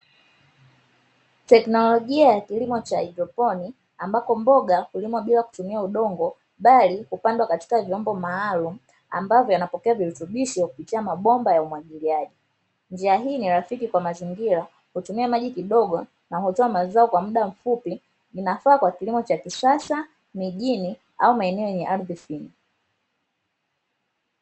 Teknolojia ya kilimo cha haidroponi, ambako mboga hulimwa bila kutumia udongo, bali hupandwa katika vyombo maalumu ambavyo yanapokea virutubisho kupitia mabomba ya umwagiliaji, njia hii ni rafiki kwa mazingira hutumia maji kidogo na hutoa mazao kwa muda mfupi. Inafaa kwa kilimo cha kisasa mijini au maeneo yenye ardhi finyu.